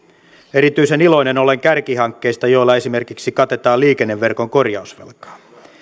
erityisen iloinen olen kärkihankkeista joilla esimerkiksi katetaan liikenneverkon korjausvelkaa